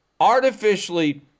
artificially